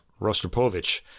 Rostropovich